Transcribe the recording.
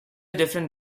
different